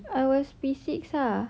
I was P six lah